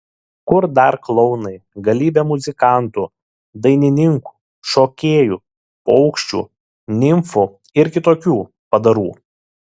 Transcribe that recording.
kur dar klounai galybė muzikantų dainininkų šokėjų paukščių nimfų ir kitokių padarų